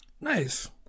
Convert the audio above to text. Nice